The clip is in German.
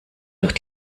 durch